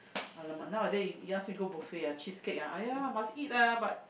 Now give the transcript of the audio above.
!alamak! nowaday you ask me go buffet ah cheesecake ah !aiya! must eat ah but